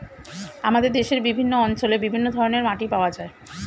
আমাদের দেশের বিভিন্ন অঞ্চলে বিভিন্ন ধরনের মাটি পাওয়া যায়